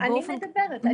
אני מדברת.